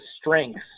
strengths